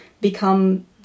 become